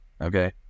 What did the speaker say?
okay